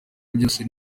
byose